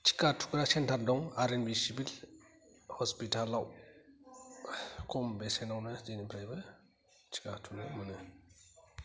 टिका थुग्रा सेन्टार दं आरएनबी सिभिल हस्पिटालाव खम बेसेनावनो जोंनिफ्रायबो टिका थुनो मोनो